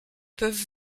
peuvent